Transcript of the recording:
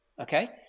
Okay